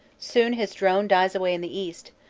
soon his drone dies away in the east,